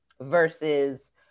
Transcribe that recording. versus